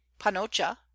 panocha